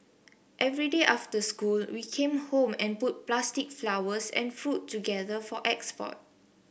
every day after school we came home and put plastic flowers and fruit together for export